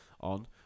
on